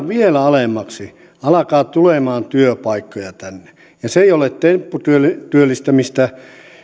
vielä alemmaksi alkaa tulemaan työpaikkoja tänne se ei ole tempputyöllistämistä